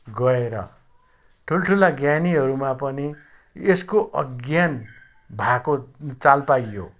गएर ठुला ठुला ज्ञानीहरूमा पनि यसको अज्ञान भएको चाल पाइयो